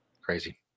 crazy